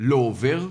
לא עובר,